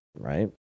right